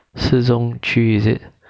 市中区 is it